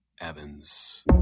Evans